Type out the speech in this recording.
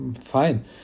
fine